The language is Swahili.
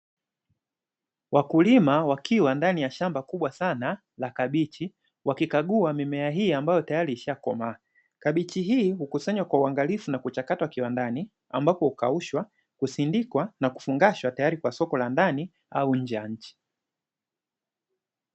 Wakulima wakiwa ndani ya shamba kubwa sana la kabichi, wakikagua mimea hii ambayo tayari ishakomaa. Kabichi hii hukusanywa kwa uangalifu na kuchakatwa kiwandani, ambapo: hukaushwa, kusindikwa, na kufungashwa; tayari kwa soko la ndani au nje ya nchi.